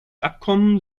abkommen